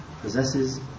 possesses